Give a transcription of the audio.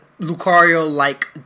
Lucario-like